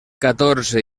catorze